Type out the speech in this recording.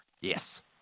Yes